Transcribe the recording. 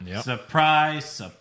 Surprise